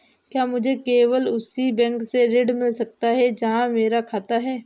क्या मुझे केवल उसी बैंक से ऋण मिल सकता है जहां मेरा खाता है?